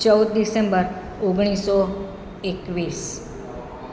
ચૌદ ડિસેમ્બર ઓગણીસસો એકવીસ